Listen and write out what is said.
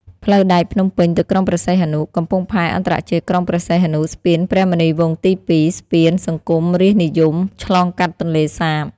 ផ្លូវដែកភ្នំពេញ ទៅក្រុងព្រះសីហនុ, កំពង់ផែអន្តរជាតិក្រុងព្រះសីហនុ, ស្ពានព្រះមុនីវង្សទី២, ស្ពាន "សង្គមរាស្ត្រនិយម" ឆ្លងកាត់ទន្លេសាប។